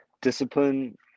discipline